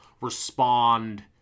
respond